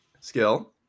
Skill